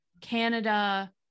Canada